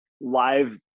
live